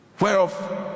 Whereof